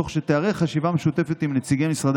תוך שתיערך חשיבה משותפת עם נציגי משרדי